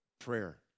Prayer